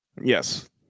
Yes